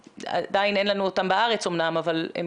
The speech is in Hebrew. עדיין אין לנו אותם בארץ אמנם אבל הם